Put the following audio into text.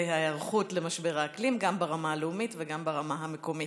ההיערכות למשבר האקלים גם ברמה הלאומית וגם ברמה המקומית.